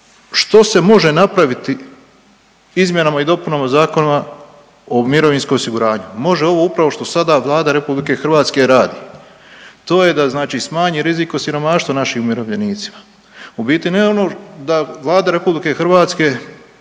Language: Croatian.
što se može napraviti izmjenama i dopunama Zakona o mirovinskom osiguranju? Može ovo upravo što sada Vlada RH radi, to je da znači smanji rizik od siromaštva našim umirovljenicima. U biti ne ono da Vlada RH radi danas,